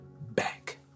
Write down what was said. back